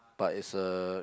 but is a